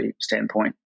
standpoint